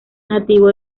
nativo